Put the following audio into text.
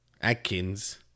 Adkins